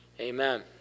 amen